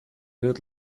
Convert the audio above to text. good